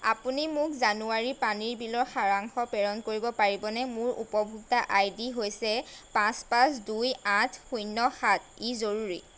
আপুনি মোক জানুৱাৰি পানীৰ বিলৰ সাৰাংশ প্ৰেৰণ কৰিব পাৰিবনে মোৰ উপভোক্তা আই ডি হৈছে পাঁচ পাঁচ দুই আঠ শূন্য় সাত ই জৰুৰী